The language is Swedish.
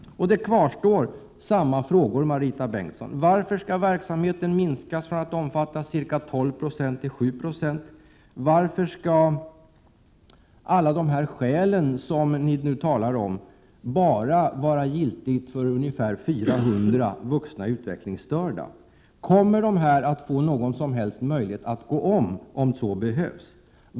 Frågorna, Marita Bengtsson, kvarstår: Varför skall verksamheten minskas från att ha omfattat 12 9 till att omfatta 7 96? Varför skall alla de skäl som ni talar om bara gälla ungefär 400 vuxna utvecklingsstörda? Kommer dessa att få någon som helst möjlighet att gå om, om så behövs?